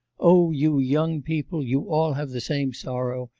oh, you young people, you all have the same sorrow,